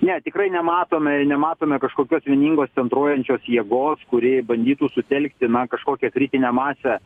ne tikrai nematome ir nematome kažkokios vieningos centruojančios jėgos kuri bandytų sutelkti na kažkokią kritinę masę